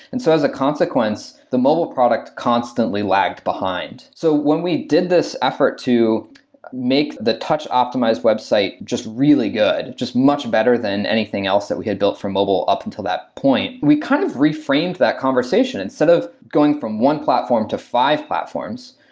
and so, as a consequence, the mobile product constantly lagged behind. so, when we did this effort to make the touch optimized website just really good, just much better than anything else that we had built for mobile up until that point, we kind of reframed that conversation. instead of going from one platform to five platforms,